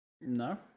No